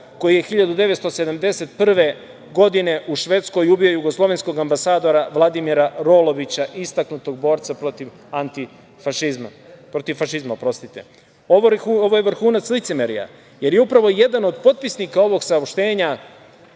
koji je 1971. godine u Švedskoj ubio jugoslovenskog ambasadora Vladimira Rolovića, istaknutog borca protiv fašizma. Ovo je vrhunac licemerja, jer je upravo jedan od potpisnika ovog saopštenja